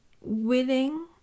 willing